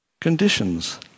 conditions